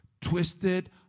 twisted